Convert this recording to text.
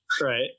Right